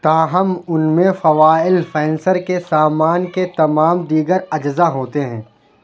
تاہم ان میں فوائل فینسر کے سامان کے تمام دیگر اجزا ہوتے ہیں